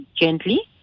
gently